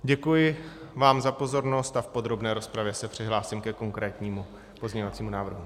Děkuji vám za pozornost a v podrobné rozpravě se přihlásím ke konkrétnímu pozměňovacímu návrhu.